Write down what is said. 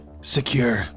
Secure